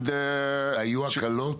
היו הקלות?